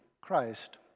Christ